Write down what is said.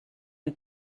une